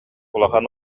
улахан